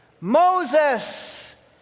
Moses